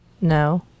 No